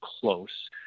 close